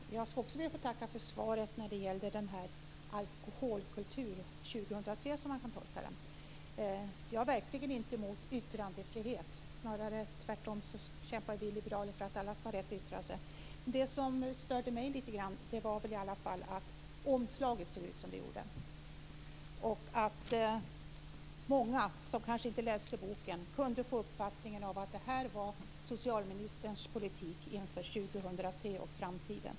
Fru talman! Jag ska också be att få tacka för svaret när det gäller tolkningen av resonemangen om alkoholkultur. Jag är verkligen inte emot yttrandefrihet. Tvärtom kämpar vi liberaler för att alla ska ha rätt att yttra sig. Det som störde mig lite grann var att omslaget såg ut som det gjorde. Många som inte läste boken kunde få uppfattningen att det var socialministerns politik inför 2003 och framtiden.